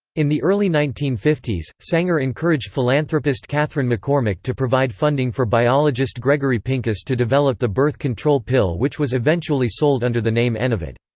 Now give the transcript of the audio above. in the early nineteen fifty s, sanger encouraged philanthropist katharine mccormick to provide funding for biologist gregory pincus to develop the birth control pill which was eventually sold under the name enovid.